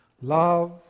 love